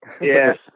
Yes